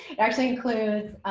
actually includes